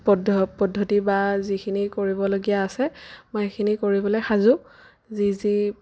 পদ্ধ পদ্ধতি বা যিখিনি কৰিবলগীয়া আছে মই সেইখিনি কৰিবলৈ সাজু যি যি